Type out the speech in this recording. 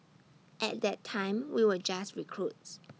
at that time we were just recruits